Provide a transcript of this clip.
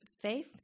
faith